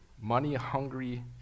money-hungry